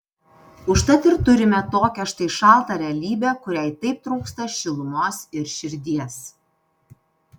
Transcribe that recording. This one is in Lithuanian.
užtat ir turime tokią štai šaltą realybę kuriai taip trūksta šilumos ir širdies